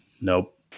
nope